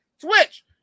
Twitch